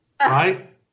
right